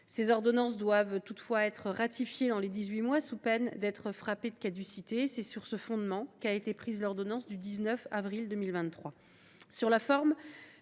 Ces ordonnances doivent cependant être ratifiées dans les dix huit mois sous peine d’être frappées de caducité. C’est sur ce fondement qu’a été prise l’ordonnance du 19 avril 2023.